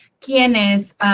quiénes